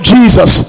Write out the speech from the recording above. Jesus